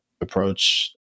approach